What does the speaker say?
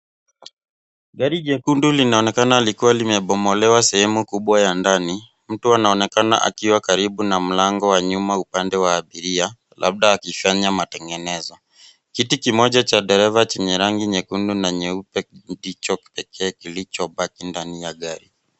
Gari jekundu linaonekana likiwa limebomolewa sehemu kubwa ya ndani . Mtu anaonekana akiwa karibu na mlango wa nyuma upande wa abiria, labda akifanya matengenezo. Kiti kimoja cha dereva chenye rangi nyekundu na nyeupe ndicho pekee kilichobaki ndani ya gari.